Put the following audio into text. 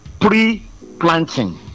pre-planting